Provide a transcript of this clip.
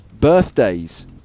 birthdays